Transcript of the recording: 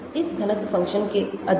इस घनत्व फ़ंक्शन के अधिक